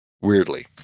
Weirdly